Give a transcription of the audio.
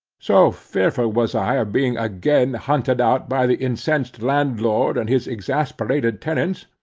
so fearful was i of being again hunted out by the incensed landlord and his exasperated tenants,